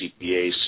CPA